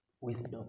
wisdom